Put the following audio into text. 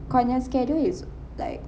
kau punya schedule is like